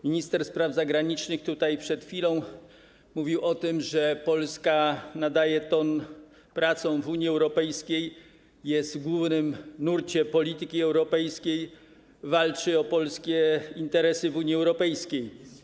Minister spraw zagranicznych przed chwilą mówił o tym, że Polska nadaje ton pracom w Unii Europejskiej, jest w głównym nurcie polityki europejskiej, walczy o polskie interesy w Unii Europejskiej.